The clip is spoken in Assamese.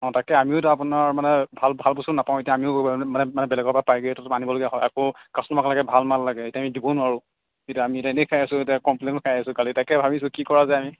অ তাকে আমিওতো আপোনাৰ মানে ভাল ভাল বস্তু নাপাওঁ এতিয়া আমিও মানে মানে বেলেগৰ পৰা পাইকাৰী ৰেটত আনিবলগীয়া হয় আকৌ কাষ্টমাৰক লাগে ভাল মাল লাগে এতিয়া আমি দিব নোৱাৰোঁ এতিয়া আমি এতিয়া এনেই খাই আছোঁ এতিয়া কমপ্লেইনো খাই আছোঁ কালি তাকে ভাবিছোঁ কি কৰা যায় আমি